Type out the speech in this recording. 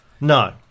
no